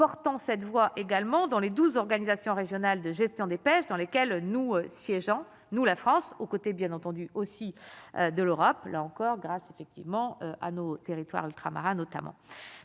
portant cette voie également dans les 12 organisations régionales de gestion des pêches dans lesquels nous siégeons, nous la France aux côtés bien entendu aussi de l'Europe, là encore grâce effectivement à nos territoires ultramarins notamment